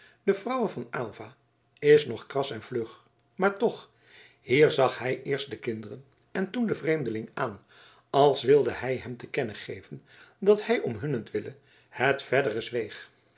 de vrouwe van aylva is nog kras en vlug maar toch hier zag hij eerst de kinderen en toen den vreemdeling aan als wilde hij hem te kennen geven dat hij om hunnentwille het verdere zweeg